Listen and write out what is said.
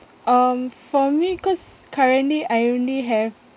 um for me cause currently I only have